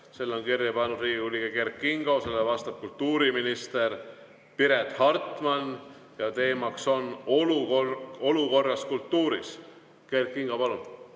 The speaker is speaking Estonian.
Selle on kirja pannud Riigikogu liige Kert Kingo, vastab kultuuriminister Piret Hartman ja teemaks on olukord kultuuris. Kert Kingo, palun!